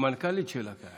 המנכ"לית שלה כאן.